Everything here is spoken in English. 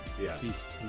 Yes